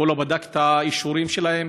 הוא לא בדק את האישורים שלהם,